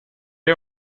dig